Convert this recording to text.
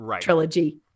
trilogy